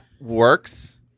works